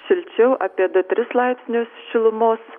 šilčiau apie du tris laipsnius šilumos